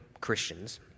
Christians